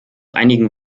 einigen